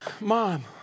Mom